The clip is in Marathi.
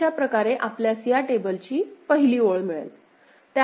अशा प्रकारे आपल्यास या टेबलची पहिली ओळ मिळेल